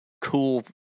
cool